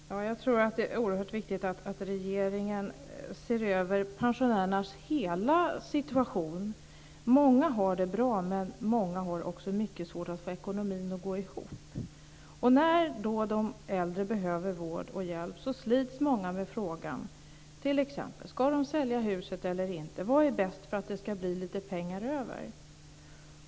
Herr talman! Jag tror att det är oerhört viktigt att regeringen ser över pensionärernas hela situation. Många har det bra, men många har också mycket svårt att få ekonomin att gå ihop. När de äldre behöver vård och hjälp sliter många med frågan om de t.ex. ska sälja huset eller inte. Vad är bäst för att det ska bli lite pengar över?